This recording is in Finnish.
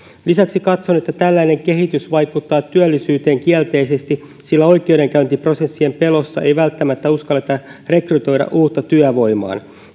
lisäksi katson että tällainen kehitys vaikuttaa työllisyyteen kielteisesti sillä oikeudenkäyntiprosessien pelossa ei välttämättä uskalleta rekrytoida uutta työvoimaa